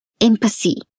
empathy